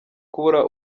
kubura